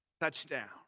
Touchdown